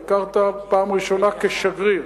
ביקרת פעם ראשונה כשגריר,